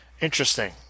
Interesting